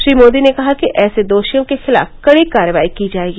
श्री मोदी ने कहा कि ऐसे दोषियों के खिलाफ कड़ी कार्रवाई की जाएगी